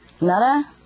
Nada